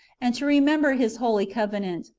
and to remember his holy covenant,